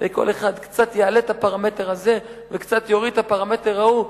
וכל אחד קצת יעלה את הפרמטר הזה וקצת יוריד את הפרמטר ההוא.